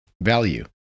Value